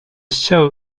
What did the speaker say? show